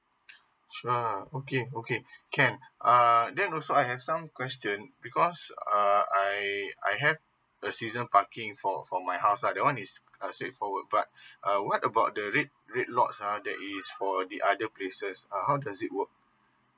sure okay okay can uh then also I have some question because uh uh I I have a season parking for for my outside one is a straightforward but uh what about the read read lots uh that you use for the other places uh how does it work